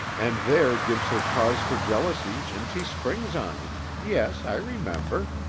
and there gives her cause for jealousy and she springs on him yes, i remember.